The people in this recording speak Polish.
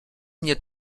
mnie